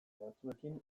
batzuekin